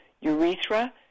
urethra